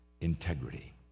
integrity